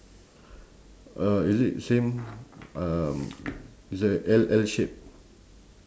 uh is it the same um it's like a L L shape